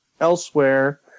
elsewhere